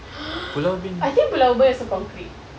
I think pulau ubin is a concrete